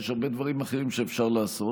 יש הרבה דברים אחרים שאפשר לעשות.